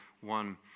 one